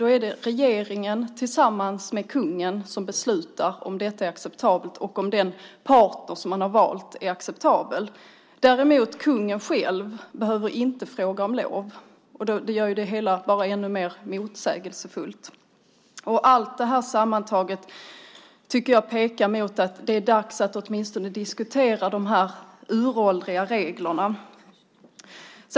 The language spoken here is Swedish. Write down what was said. Då är det regeringen tillsammans med kungen som beslutar om detta är acceptabelt och om den partner som man har valt är acceptabel. Kungen själv däremot behöver inte fråga om lov, och det gör ju det hela bara ännu mer motsägelsefullt. Allt det här sammantaget tycker jag pekar mot att det är dags att åtminstone diskutera de här uråldriga reglerna.